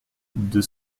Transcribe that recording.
deux